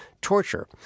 torture